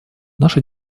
наша